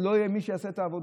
אז לא יהיה מי שיעשה את העבודה.